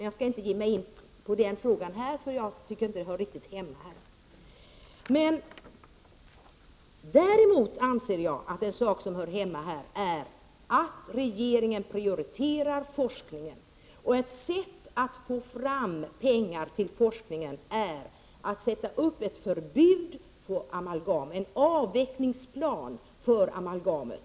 Jag skall inte ge mig in på den frågan, för jag tycker inte att den hör hemma här. En sak som jag däremot anser hör hemma här är att regeringen prioriterar forskning. Ett sätt att få fram pengar till forskning är att sätta upp ett förbud mot amalgam, en avvecklingsplan för amalgamet.